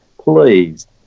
please